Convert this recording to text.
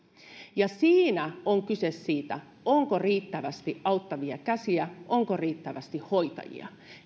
siinä on kyse siitä onko riittävästi auttavia käsiä onko riittävästi hoitajia